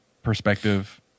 perspective